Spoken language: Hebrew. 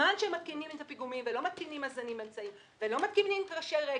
בזמן שמתקינים את הפיגומים ולא מתקינים אמצעים ולא מתקינים קרשי רגל,